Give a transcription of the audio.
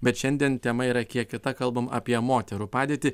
bet šiandien tema yra kiek kita kalbam apie moterų padėtį